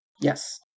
Yes